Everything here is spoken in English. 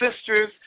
Sisters